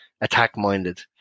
attack-minded